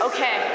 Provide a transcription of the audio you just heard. Okay